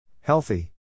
Healthy